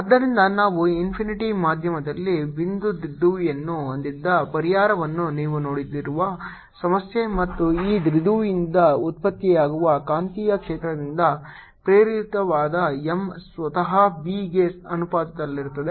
ಆದ್ದರಿಂದ ನಾವು ಇನ್ಫಿನಿಟಿ ಮಾಧ್ಯಮದಲ್ಲಿ ಬಿಂದು ದ್ವಿಧ್ರುವಿಯನ್ನು ಹೊಂದಿದ್ದ ಪರಿಹಾರವನ್ನು ನೀವು ನೋಡಿರುವ ಸಮಸ್ಯೆ ಮತ್ತು ಈ ದ್ವಿಧ್ರುವಿಯಿಂದ ಉತ್ಪತ್ತಿಯಾಗುವ ಕಾಂತೀಯ ಕ್ಷೇತ್ರದಿಂದ ಪ್ರೇರಿತವಾದ M ಸ್ವತಃ B ಗೆ ಅನುಪಾತದಲ್ಲಿರುತ್ತದೆ